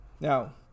Now